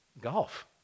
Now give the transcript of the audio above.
Golf